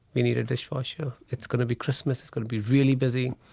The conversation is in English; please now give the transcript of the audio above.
we need a dishwasher. it's going to be christmas. it's going to be really busy.